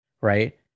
right